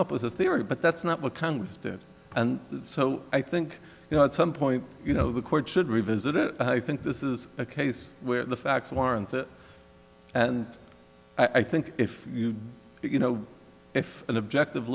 up with a theory but that's not what congress did and so i think you know at some point you know the court should revisit it i think this is a case where the facts warrant it and i think if you know if an objective